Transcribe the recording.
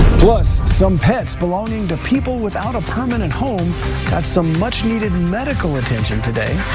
plus. some pets belonging to people without a permanent home got some much needed medical attention today.